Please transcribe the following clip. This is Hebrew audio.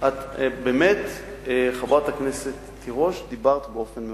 באמת, חברת הכנסת תירוש, דיברת באופן מאוזן.